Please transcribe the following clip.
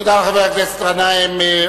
תודה לחבר הכנסת גנאים.